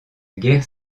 guerre